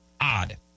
odd